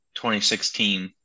2016